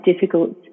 difficult